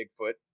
Bigfoot